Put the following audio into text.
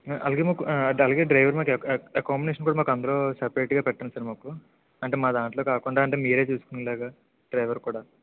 అలాగే మాకు అలాగే డ్రైవర్ మాకు ఎకామిడేషన్ కూడా మాకు అందులో సపరేట్గా పెట్టండి సార్ మాకు అంటే మా దానిలో కాకుండా అంటే మీరే చూసుకునేలాగా డ్రైవర్కి కూడా